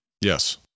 Yes